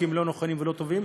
חוקים לא נכונים ולא טובים,